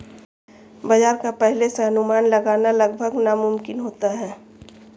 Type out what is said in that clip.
बाजार का पहले से अनुमान लगाना लगभग नामुमकिन होता है